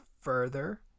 further